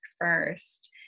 first